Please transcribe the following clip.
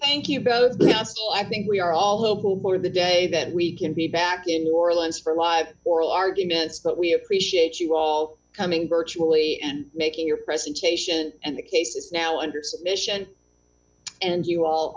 thank you both last i think we are all home for the day that we can be back in new orleans for d live oral arguments that we appreciate you all coming virtually making your presentation and the case is now under suspicion and you all